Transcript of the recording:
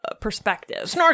perspective